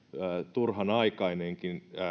turhanaikainenkin